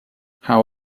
how